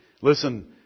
Listen